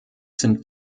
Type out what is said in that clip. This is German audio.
sind